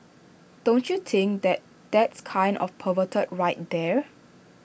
don't you think that that's kind of perverted right there